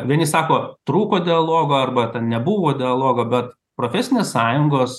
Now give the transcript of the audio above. vieni sako trūko dialogo arba ten nebuvo dialogo bet profesinės sąjungos